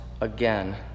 again